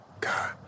God